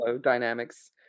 Dynamics